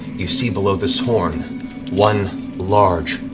you see below this horn one large,